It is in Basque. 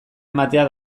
ematea